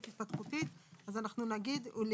תקנות ראשונות והוראות מעבר 42.תחילה תחילתו של